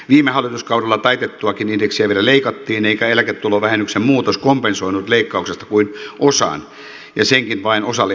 viime hallituskaudella taitettuakin indeksiä vielä leikattiin eikä eläketulovähennyksen muutos kompensoinut leikkauksesta kuin osan ja senkin vain osalle eläkeläisistä